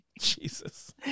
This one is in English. Jesus